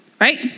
right